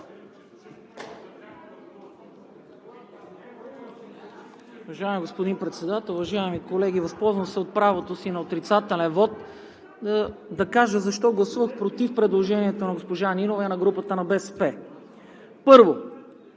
Уважаеми господин Председател, уважаеми колеги! Възползвам се от правото си на отрицателен вот да кажа защо гласувах против предложението на госпожа Нинова и групата на БСП. Първо,